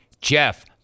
Jeff